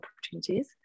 opportunities